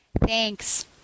Thanks